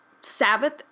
Sabbath